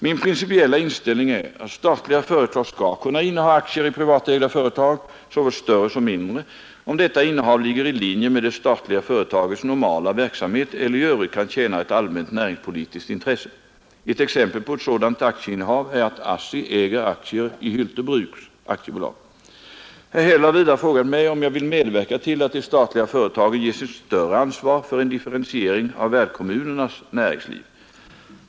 Min principiella inställning är att statliga företag skall kunna inneha aktier i privatägda företag, såväl större som mindre, om detta innehav ligger i linje med det statliga företagets normala verksamhet eller i övrigt kan tjäna ett allmänt näringspolitiskt intresse. Ett exempel på ett sådant aktieinnehav är att ASSI äger aktier i Hylte bruks AB. Herr Häll har vidare frågat mig om jag vill medverka till att de statliga företagen ges ett större ansvar för en differentiering av värdkom munernas näringsliv.